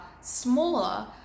smaller